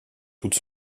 toute